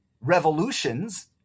revolutions